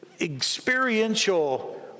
experiential